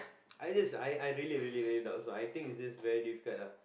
I just I I really really doubt so I think it's just very difficult lah